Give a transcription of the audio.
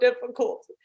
difficult